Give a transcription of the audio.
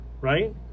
right